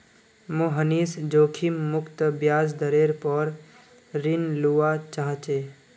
मोहनीश जोखिम मुक्त ब्याज दरेर पोर ऋण लुआ चाह्चे